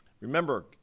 Remember